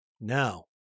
Now